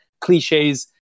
cliches